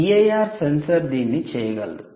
'PIR sensor' 'PIR sensor' దీన్ని చేయగలదు